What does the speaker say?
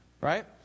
right